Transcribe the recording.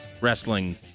wrestling